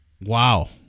wow